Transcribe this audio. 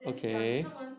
okay